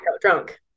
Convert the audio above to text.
drunk